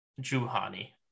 Juhani